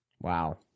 Wow